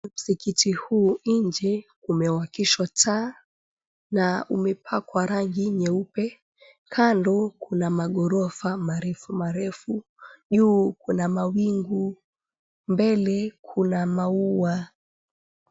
Msikiti huu nje umewakishwa taa na umepakwa rangi nyeupe, kando kuna magorofa marefu marefu, juu kuna mawingu, mbele kuna maua.